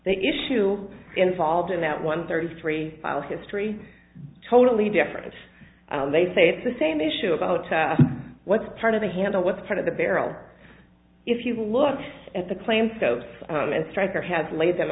the issue involved in that one thirty three file history totally different as they say it's the same issue about what's part of the handle what part of the barrel if you look at the claim scopes and striker has laid them